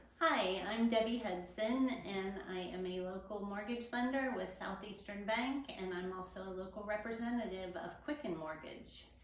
hi, i'm debbie hudson and i am a local mortgage lender with southeastern bank and i'm also a local representative of quicken mortgage.